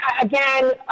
again